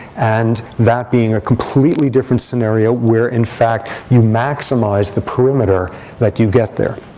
and that being a completely different scenario where, in fact, you maximize the perimeter that you get there.